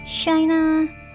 China